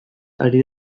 ari